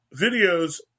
videos